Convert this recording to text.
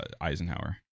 Eisenhower